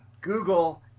Google